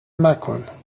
مکن